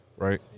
Right